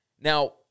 Now